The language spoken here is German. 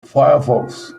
firefox